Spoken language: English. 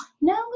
No